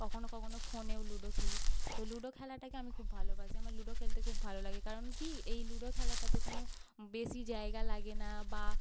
কখনও কখনও ফোনেও লুডো খেলি তো লুডো খেলাটাকে আমি খুব ভালোবাসি আমার লুডো খেলতে খুব ভালো লাগে কারণ কি এই লুডো খেলাটাতে কোনো বেশি জায়গা লাগে না বা